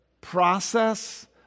process